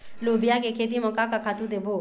लोबिया के खेती म का खातू देबो?